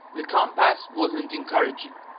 the compass wasn't encouraging.